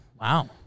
Wow